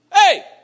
Hey